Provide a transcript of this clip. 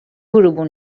grubun